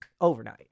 overnight